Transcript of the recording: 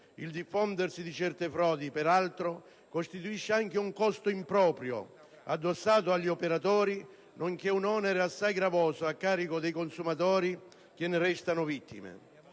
Il diffondersi di certe frodi, peraltro, costituisce anche un costo improprio addossato agli operatori, nonché un onere assai gravoso a carico dei consumatori che ne restano vittime.